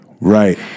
Right